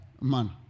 man